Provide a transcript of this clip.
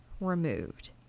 removed